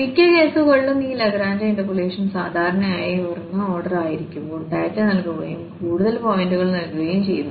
മിക്ക കേസുകളിലും ഈ ലഗ്രാഞ്ച് ഇന്റർപോളേഷൻ സാധാരണയായി ഉയർന്ന ഓർഡർ ആയിരിക്കുമ്പോൾ ഡാറ്റ നൽകുകയും കൂടുതൽ പോയിന്റുകൾ നൽകുകയും ചെയ്യുന്നു